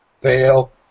Fail